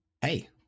hey